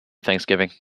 thanksgiving